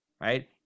right